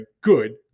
good